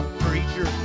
preacher